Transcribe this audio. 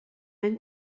mewn